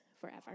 forever